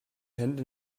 hände